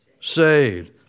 saved